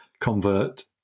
convert